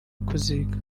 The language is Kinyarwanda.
kuziga